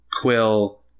Quill